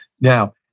Now